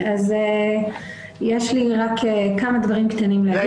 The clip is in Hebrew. יש לי כמה דברים להגיד.